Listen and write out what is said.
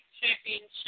Championship